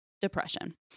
depression